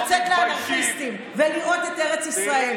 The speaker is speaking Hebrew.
אני מציעה לך לצאת לאנרכיסטים ולראות את ארץ ישראל.